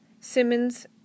Simmons